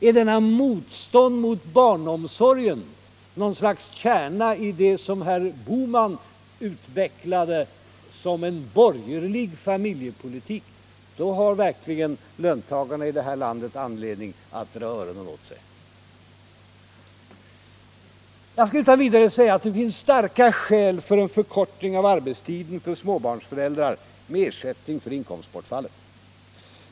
Om detta motstånd mot barnomsorgen är något slags kärna i det som herr Bohman utvecklade som en borgerlig familjepolitik, då har verkligen löntagarna i det här landet anledning att dra öronen åt sig. Jag kan utan vidare säga att det finns starka skäl för en förkortning av arbetstiden för småbarnsföräldrar med ersättning för inkomstbortfallet.